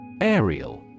Aerial